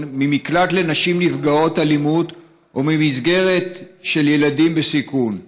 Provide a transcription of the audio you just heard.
ממקלט לנשים נפגעות אלימות או ממסגרת של ילדים בסיכון.